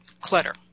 clutter